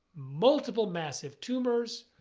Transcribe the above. multiple massive tumors,